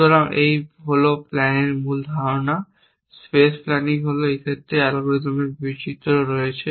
সুতরাং এই হল প্ল্যানের মূল ধারণা স্পেস প্ল্যানিং এই হল অ্যালগরিদমগুলির বৈচিত্র্য রয়েছে